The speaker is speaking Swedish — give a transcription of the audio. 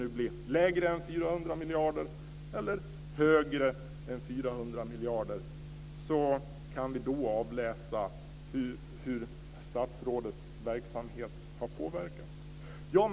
Vi får se om det blir lägre eller högre än 400 miljarder. Sedan kan vi avläsa hur statsrådets verksamhet har påverkat det hela.